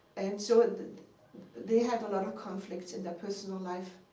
and so they had a lot of conflicts in their personal life,